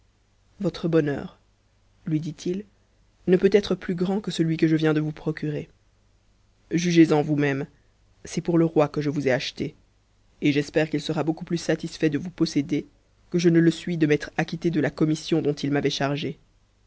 votre bonheur lui dit-il ne peut être plus grand que celui que je viens de vous procurer jugez-en vous-même c'est pour le roi que je vous ai achetée et j'espère qu'il sera beaucoup plus satisfait de vous posséder que je ne le suis de m'être acquitté de la commission dont il m'avait chargé